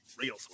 real